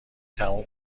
تموم